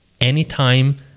anytime